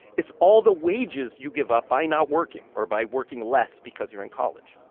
it's all the wages you give up by not working or by working less because you're in college.